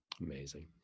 Amazing